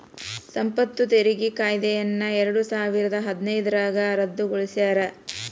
ಸಂಪತ್ತು ತೆರಿಗೆ ಕಾಯ್ದೆಯನ್ನ ಎರಡಸಾವಿರದ ಹದಿನೈದ್ರಾಗ ರದ್ದುಗೊಳಿಸ್ಯಾರ